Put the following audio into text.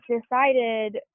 decided